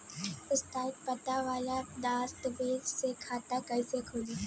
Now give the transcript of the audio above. स्थायी पता वाला दस्तावेज़ से खाता कैसे खुली?